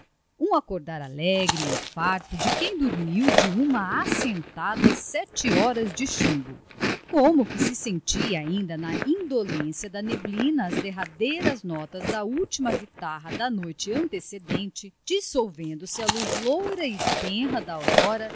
um acordar alegre e farto de quem dormiu de uma assentada sete horas de chumbo como que se sentiam ainda na indolência de neblina as derradeiras notas da ultima guitarra da noite antecedente dissolvendo se à luz loura e tenra da aurora